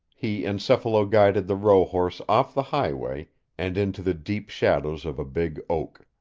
he encephalo-guided the rohorse off the highway and into the deep shadows of a big oak.